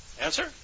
Answer